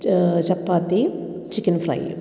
ചാപ്പാത്തിയും chicken ഫ്രൈയും